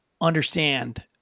understand